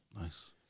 Nice